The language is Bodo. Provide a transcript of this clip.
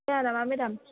जाया नामा मेदाम